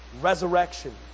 resurrection